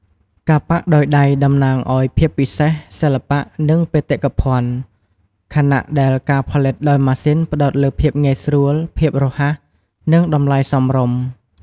ការប៉ាក់ដោយដៃតំណាងឱ្យភាពពិសេស សិល្បៈ និងបេតិកភណ្ឌ ខណៈដែលការផលិតដោយម៉ាស៊ីនផ្តោតលើភាពងាយស្រួល ភាពរហ័ស និងតម្លៃសមរម្យ។